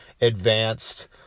advanced